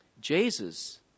Jesus